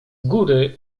góry